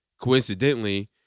coincidentally